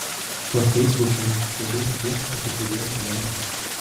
tuo feisbuke nusistebėjo vieno abituriento mama